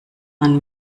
man